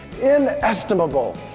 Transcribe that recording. inestimable